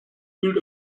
fühlt